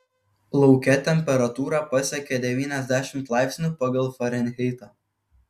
lauke temperatūra pasiekė devyniasdešimt laipsnių pagal farenheitą